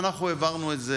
אנחנו העברנו את זה,